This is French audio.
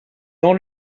dans